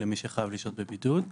למי שחייב לשהות בבידוד.